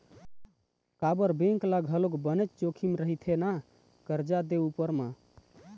काबर बेंक ल घलोक बनेच जोखिम रहिथे ना करजा दे उपर म